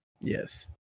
Yes